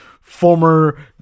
former